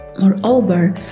Moreover